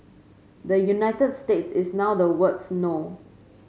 the United States is now the world's no